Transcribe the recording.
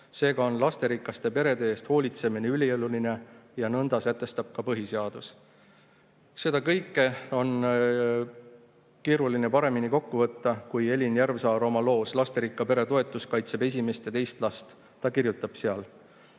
Seega on lasterikaste perede eest hoolitsemine ülioluline ja nõnda sätestab ka põhiseadus. Seda kõike on keeruline paremini kokku võtta kui Elin Järvsaar oma loos "Lasterikka pere toetus kaitseb esimest ja teist last". Ta kirjutab seal: